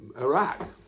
Iraq